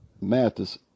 Mathis